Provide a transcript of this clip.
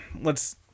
Let's-